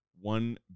One